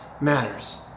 matters